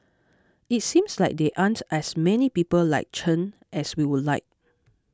it seems like there aren't as many people like Chen as we would like